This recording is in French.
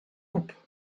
coupe